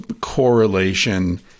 correlation